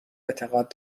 اعتقاد